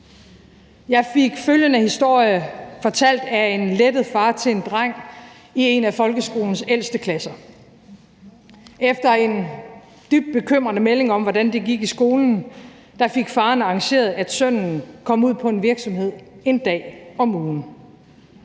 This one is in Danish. Jeg fik følgende historie fortalt af en lettet far til en dreng i en af folkeskolens ældste klasser: Efter en dybt bekymrende melding om, hvordan det gik i skolen, fik faren arrangeret, at sønnen kom ud på en virksomhed en dag om ugen.